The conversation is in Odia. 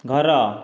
ଘର